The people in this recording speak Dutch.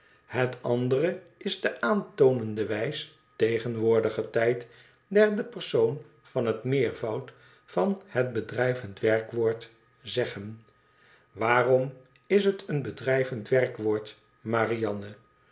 het andere is de aantoonende wijs tegenwoordige tijd derde persoon van het meervoud van het bedrijvend werkwoord zeggen waarom is het een bedrijvend werkwoord marianne